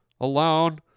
alone